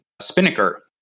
Spinnaker